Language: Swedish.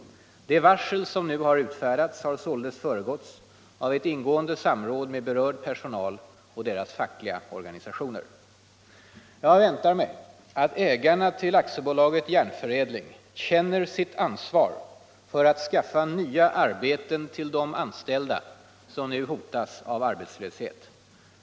Det varsel som nu har utfärdats har således föregåtts av ett ingående samråd med berörd personal och personalens fackliga organisationer. Jag väntar mig att ägarna till AB Järnförädling känner sitt ansvar för att skaffa nya arbeten till de anställda som nu hotas av arbetslöshet.